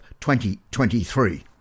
2023